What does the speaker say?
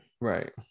right